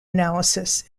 analysis